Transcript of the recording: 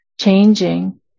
changing